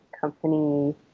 company